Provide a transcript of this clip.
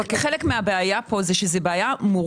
חלק מהבעיה פה היא שהיא מורכבת,